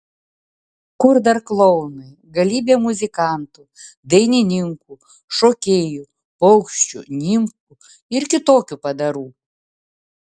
kur dar klounai galybė muzikantų dainininkų šokėjų paukščių nimfų ir kitokių padarų